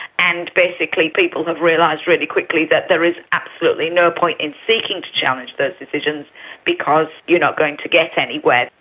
and basically people have realised really quickly that there is absolutely no point in seeking to challenge those decisions because you're not going to get anywhere.